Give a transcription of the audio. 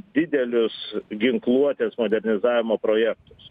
didelius ginkluotės modernizavimo projektus